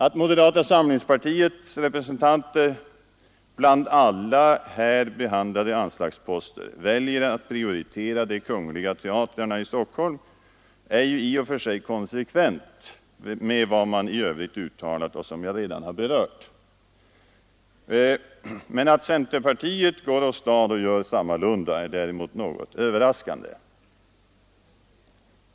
Att moderata samlingspartiets representanter bland alla här behandlade anslagsposter väljer att prioritera de kungl. teatrarna i Stockholm är ju i och för sig konsekvent med det som man i övrigt uttalat och som jag redan har berört, men att centerpartiet går åstad och gör sam malunda är något överraskande.